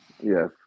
yes